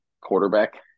Quarterback